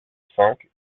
cinq